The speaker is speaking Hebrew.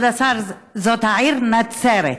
כבוד השר, זאת העיר נצֶרת.